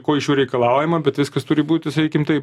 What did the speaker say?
ko iš jų reikalaujama bet viskas turi būti sakykime taip